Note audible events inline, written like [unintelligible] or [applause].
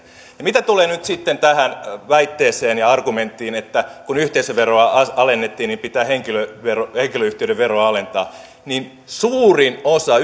mitä tulee tähän väitteeseen ja argumenttiin että kun yhteisöveroa alennettiin niin pitää henkilöyhtiöiden veroa alentaa niin suurin osa [unintelligible]